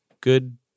good